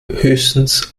höchstens